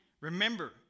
Remember